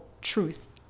truth